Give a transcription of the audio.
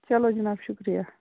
چَلو جِناب شُکرِیہ